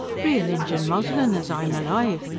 real injun muslin, as i'm alive!